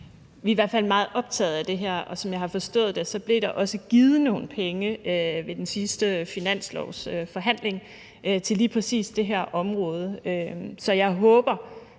Vi er i hvert fald meget optagede af det her, og som jeg har forstået det, blev der også givet nogle penge ved den sidste finanslovsforhandling til lige præcis det her område. Så jeg håber,